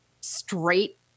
straight